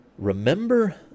Remember